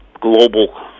global